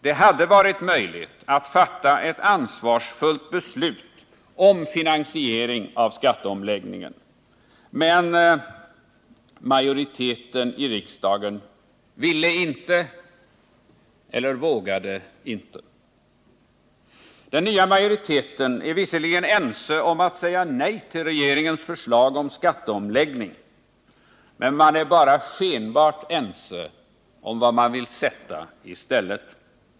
Det hade varit möjligt att fatta en ansvarsfullt beslut om finansiering av skatteomläggningen, men majoriteten i riksdagen ville inte eller vågade inte. Den nya majoriteten är visserligen ense om att säga nej till regeringens förslag till skatteomläggning, men man är bara skenbart överens om vad man vill sätta i stället.